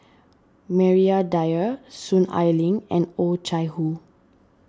Maria Dyer Soon Ai Ling and Oh Chai Hoo